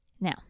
Now